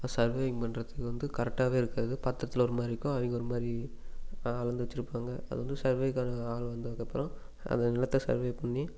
இப்போ சர்வைவிங் பண்ணுறத்துக்கு இது வந்து கரெக்டாகவே இருக்காது பத்திரத்துல ஒரு மாதிரி இருக்கும் அவங்க ஒரு மாதிரி அளந்து வச்சுருப்பாங்க அது வந்து சர்வேகாரவங்க ஆள் வந்ததுக்கு அப்புறம் அந்த நிலத்தை சர்வைவ் பண்ணி